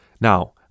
Now